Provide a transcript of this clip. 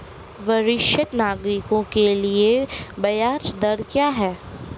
वरिष्ठ नागरिकों के लिए ब्याज दर क्या हैं?